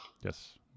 Yes